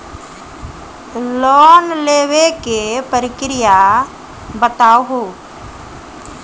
Loan लेवे के प्रक्रिया बताहू?